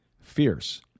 Fierce